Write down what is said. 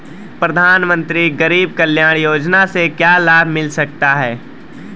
प्रधानमंत्री गरीब कल्याण योजना से क्या लाभ मिल सकता है?